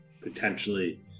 potentially